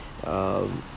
um